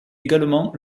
également